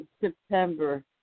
September